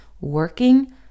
Working